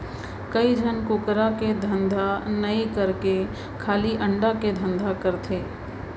कइ झन कुकरा के धंधा नई करके खाली अंडा के धंधा करथे